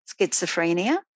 schizophrenia